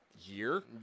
year